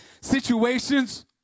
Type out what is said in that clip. situations